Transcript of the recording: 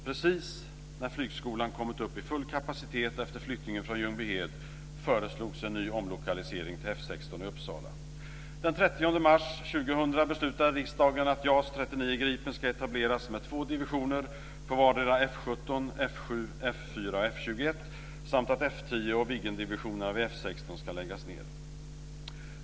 Precis när flygskolan kommit upp i full kapacitet efter flyttningen från Ljungbyhed föreslogs en ny omlokalisering till F 16 i Uppsala.